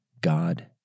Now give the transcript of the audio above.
God